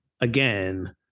again